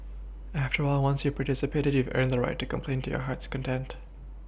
after all once you participated that you've earned the right to complain to your heart's content